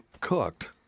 cooked